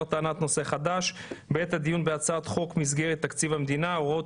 טענת נושא חדש בעת הדיון בהצעת חוק מסגרות תקציב המדינה (הוראות